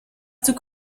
took